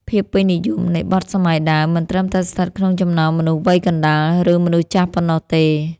ភាពពេញនិយមនៃបទសម័យដើម មិនត្រឹមតែស្ថិតក្នុងចំណោមមនុស្សវ័យកណ្ដាល ឬមនុស្សចាស់ប៉ុណ្ណោះទេ